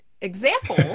example